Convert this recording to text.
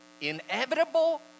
inevitable